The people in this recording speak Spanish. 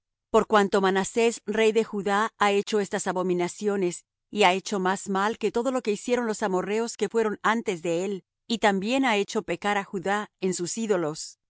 por cuanto manasés rey de judá ha hecho estas abominaciones y ha hecho más mal que todo lo que hicieron los amorrheos que fueron antes de él y también ha hecho pecar á judá en sus ídolos